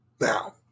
Now